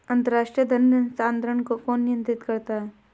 अंतर्राष्ट्रीय धन हस्तांतरण को कौन नियंत्रित करता है?